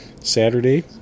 Saturday